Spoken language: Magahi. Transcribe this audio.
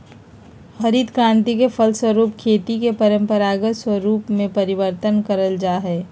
हरित क्रान्ति के फलस्वरूप खेती के परम्परागत स्वरूप में परिवर्तन करल जा हइ